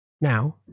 Now